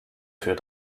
für